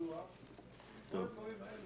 תחשבו על איך אנחנו משפרים את הביצוע,